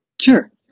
Sure